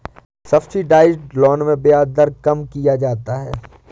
subsidised loan में ब्याज दर कम किया जाता है